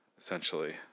essentially